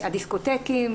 הדיסקוטקים.